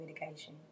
medication